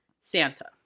Santa